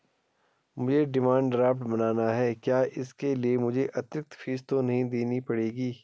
मुझे demand draft बनाना है क्या इसके लिए मुझे अतिरिक्त फीस तो नहीं देनी पड़ेगी?